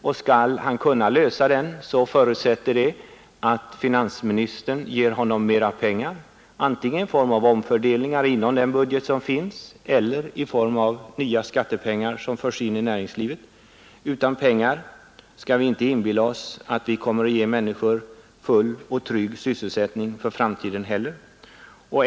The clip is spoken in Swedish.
Om han skall kunna lösa den, måste finansministern ge honom mera pengar, antingen i form av omfördelningar inom den budget som finns eller i form av nya skattepengar som förs in i näringslivet. Vi skall inte inbilla oss att vi utan pengar kommer att ge människor full och trygg sysselsättning för framtiden heller.